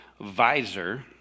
visor